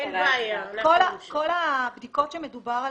כל הבדיקות שמדובר עליהן,